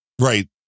right